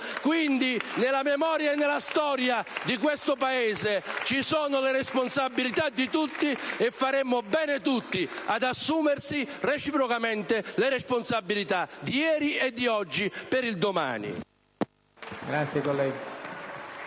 Quindi, nella memoria e nella storia di questo Paese, ci sono le responsabilità di tutti, e faremmo bene tutti ad assumerci reciprocamente le responsabilità, di ieri e di oggi, per il domani.